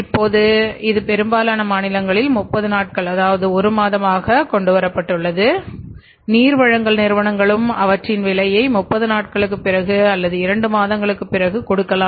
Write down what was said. இப்போது இது பெரும்பாலான மாநிலங்களில் 30 நாட்கள் 1 மாதமாகக் கொண்டுவரப்பட்டுள்ளது நீர் வழங்கல் நிறுவனங்களும் அவற்றின் விலையை 30 நாட்களுக்குப் பிறகு 2 மாதங்களுக்கு பிறகு கொடுக்கலாம்